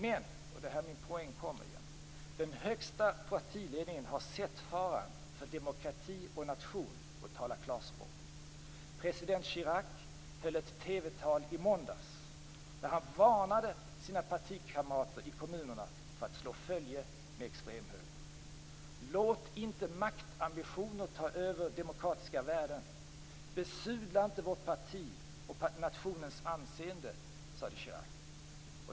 Men - det är här min poäng kommer - den högsta partiledningen har sett faran för demokrati och nation och talar klarspråk. President Chirac höll ett TV-tal i måndags där han varnade sina partikamrater i kommunerna för att slå följe med extremhögern. Chirac sade följande: Låt inte maktambitioner ta över demokratiska värden. Besudla inte vårt parti och nationens anseende.